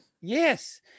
Yes